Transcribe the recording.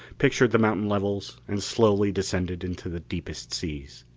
pictured the mountain levels and slowly descended into the deepest seas.